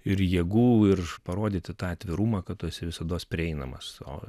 ir jėgų ir parodyti tą atvirumą kad tu esi visados prieinamas o